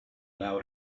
allow